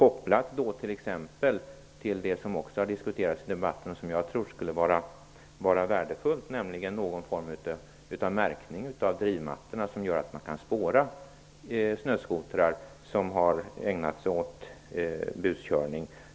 Det kan kopplas till det som också har diskuterats i debatten och som jag tror skulle vara värdefullt, nämligen någon form av märkning av drivmattorna, som gör att man kan spåra snöskotrar som har ägnat sig åt buskörning.